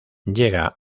llega